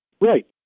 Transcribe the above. Right